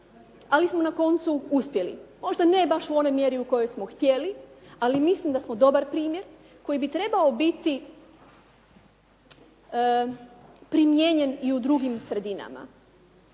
ali smo na koncu uspjeli. Možda ne baš u onoj mjeri u kojoj smo htjeli, ali mislim da smo dobar primjer koji bi trebao biti primijenjen i u drugim sredinama.